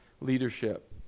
leadership